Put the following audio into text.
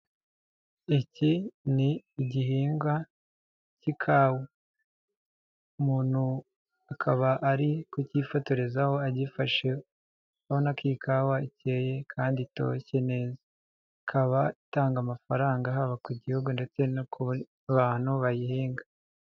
Iki ni igihingwa cy'ikawa, umuntu akaba ari kucyifotorezaho agifasheho, urabona ko iyi kawa icyeye kandi itoshye neza, ikaba itanga amafaranga haba ku gihugu ndetse no ku bantu bayihinga.